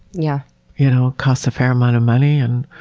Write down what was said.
yeah you know costs a fair amount of money and